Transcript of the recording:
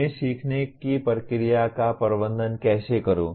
मैं सीखने की प्रक्रिया का प्रबंधन कैसे करूँ